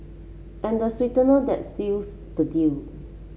and the sweetener that seals the deal